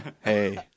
Hey